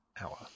hour